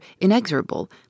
inexorable